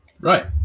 Right